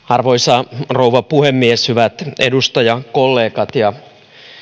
arvoisa rouva puhemies hyvät edustajakollegat ja